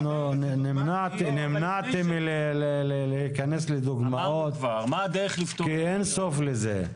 נמנעתי מלהיכנס לדוגמאות כי אין סוף לזה.